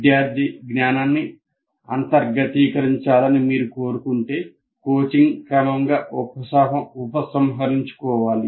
విద్యార్థి జ్ఞానాన్ని అంతర్గతీకరించాలని మీరు కోరుకుంటే కోచింగ్ క్రమంగా ఉపసంహరించుకోవాలి